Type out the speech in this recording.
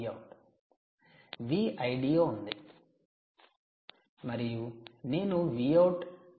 Vldo ఉంది చూడండి సమయం 0552 మరియు నేను Vout 2